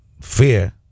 fear